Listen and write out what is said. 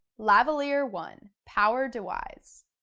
lavalier one, powerdewise.